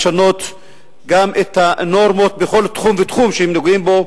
לשנות גם את הנורמות בכל תחום ותחום שהם נוגעים בו,